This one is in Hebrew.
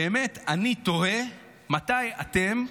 באמת, אני תוהה מתי אתם,